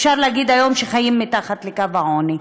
אפשר להגיד היום שחיים מתחת לקו העוני.